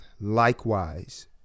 likewise